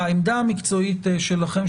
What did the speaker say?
אבל העמדה המקצועית שלכם,